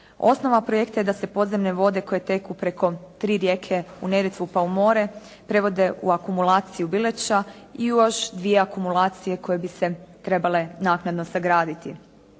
Osnova projekta je da se podzemne vode koje teku preko tri rijeke u Neretvu pa u more prevode u akumulaciju …/Govornica se ne razumije./… i još dvije akumulacije koje bi se trebale naknadno sagraditi.